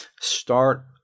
start